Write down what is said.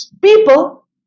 People